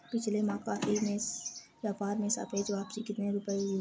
पिछले माह कॉफी व्यापार में सापेक्ष वापसी कितने रुपए की हुई?